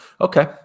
Okay